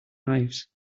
lives